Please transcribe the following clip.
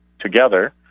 together